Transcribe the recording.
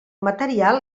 material